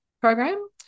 program